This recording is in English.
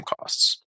costs